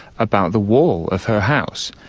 about the wall of her house.